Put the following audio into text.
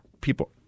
people